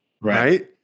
right